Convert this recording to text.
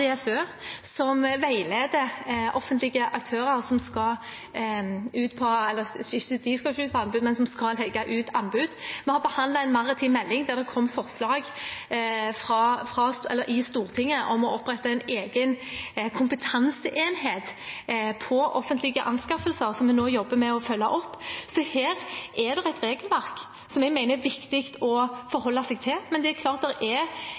som veileder offentlige aktører som skal legge ut anbud. Vi har behandlet en maritim melding, der det kom forslag i Stortinget om å opprette en egen kompetanseenhet for offentlige anskaffelser, som vi nå jobber med å følge opp. Så her er det et regelverk som vi mener det er viktig å forholde seg til. Det er klart at det er